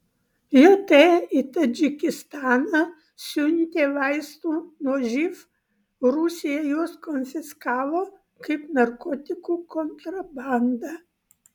jt į tadžikistaną siuntė vaistų nuo živ rusija juos konfiskavo kaip narkotikų kontrabandą